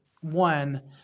one